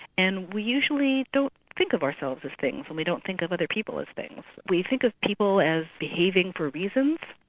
and we usually don't think of ourselves as things and we don't think of other people as things. we think of people as behaving for reasons.